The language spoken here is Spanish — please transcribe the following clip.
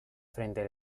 frente